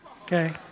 okay